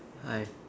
hi